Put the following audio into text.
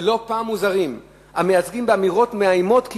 ולא פעם מוזהרים המייצגים באמירות מאיימות כי